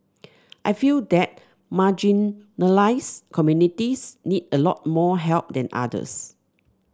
I feel that marginalised communities need a lot more help than others